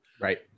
right